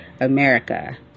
America